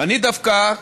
אני דווקא,